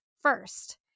First